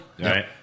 right